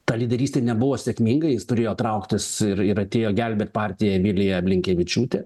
ta lyderystė nebuvo sėkminga jis turėjo trauktis ir ir atėjo gelbėt partiją vilija blinkevičiūtė